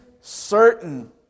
certain